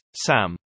Sam